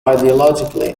ideologically